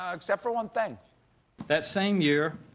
ah except for one thing that same year,